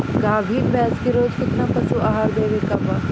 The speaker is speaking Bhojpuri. गाभीन भैंस के रोज कितना पशु आहार देवे के बा?